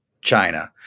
China